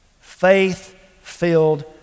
Faith-filled